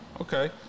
Okay